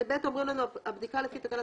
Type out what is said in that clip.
בתקנה 20(ב) אומרים לנו: "הבדיקה לפי תקנת